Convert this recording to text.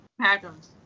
patterns